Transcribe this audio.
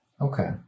Okay